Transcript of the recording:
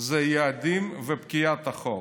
זה יעדים ופקיעת החוק.